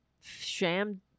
sham